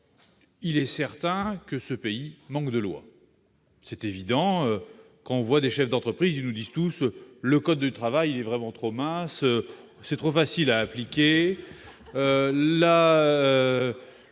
Il est certain que ce pays manque de lois. Lorsque nous rencontrons des chefs d'entreprise, tous nous disent que le code du travail est vraiment trop mince, trop facile à appliquer ...